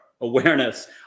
awareness